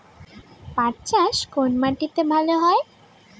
পাট চাষ কোন মাটিতে ভালো হয়?